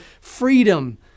freedom